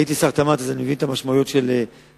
הייתי שר התמ"ת ואני מבין את המשמעויות של תעשייה.